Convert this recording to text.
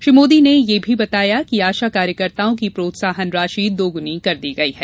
श्री मोदी ने यह भी बताया की आशा कार्यकर्ताओं की प्रोत्साहन राशि दोगुनी कर दी गई है